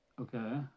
Okay